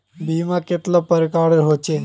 बीमा कतेला प्रकारेर होचे?